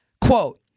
quote